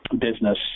Business